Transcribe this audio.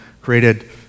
created